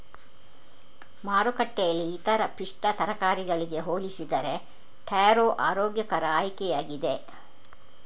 ಮಾರುಕಟ್ಟೆಯಲ್ಲಿ ಇತರ ಪಿಷ್ಟ ತರಕಾರಿಗಳಿಗೆ ಹೋಲಿಸಿದರೆ ಟ್ಯಾರೋ ಆರೋಗ್ಯಕರ ಆಯ್ಕೆಯಾಗಿದೆ